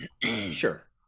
Sure